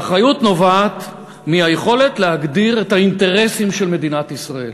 ואחריות נובעת מהיכולת להגדיר את האינטרסים של מדינת ישראל.